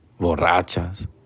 borrachas